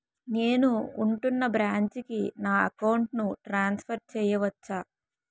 నేను ఉంటున్న బ్రాంచికి నా అకౌంట్ ను ట్రాన్సఫర్ చేయవచ్చా?